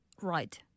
right